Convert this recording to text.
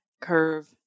curve